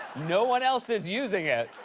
no one else is using it.